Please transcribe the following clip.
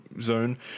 zone